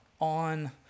on